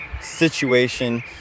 situation